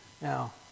Now